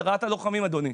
אדוני.